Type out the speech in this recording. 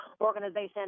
organization